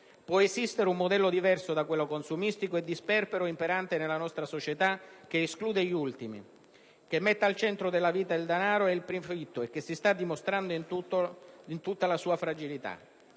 Può esistere un modello diverso da quello consumistico e di sperpero imperante nella nostra società, che esclude gli ultimi, che mette al centro della vita il danaro ed il profitto e che si sta dimostrando in tutta la sua fragilità.